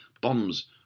bombs